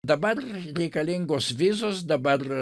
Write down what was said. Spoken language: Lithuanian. dabar reikalingos vizos dabar